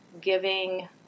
giving